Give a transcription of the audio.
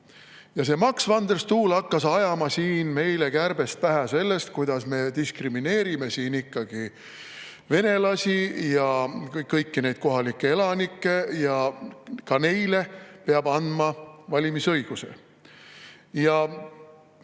Ja see Max van der Stoel hakkas ajama meile kärbseid pähe sellest, kuidas me diskrimineerime siin ikkagi venelasi ja kõiki kohalikke elanikke ja kuidas ka neile peab andma valimisõiguse.